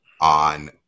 on